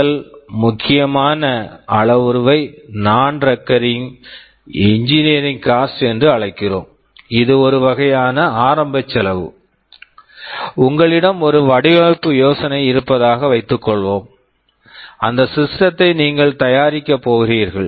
முதல் முக்கியமான அளவுருவை நான் recurring engineering cost Non recurring engineering cost என்று அழைக்கிறோம் இது ஒரு வகையான ஆரம்ப செலவு உங்களிடம் ஒரு வடிவமைப்பு யோசனை இருப்பதாக வைத்துக்கொள்வோம் அந்த சிஸ்டத்தை system நீங்கள் தயாரிக்கப் போகிறீர்கள்